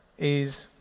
is